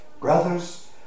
brothers